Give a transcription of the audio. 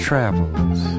travels